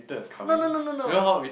no no no no no